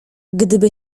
gdyby